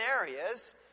areas